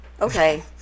Okay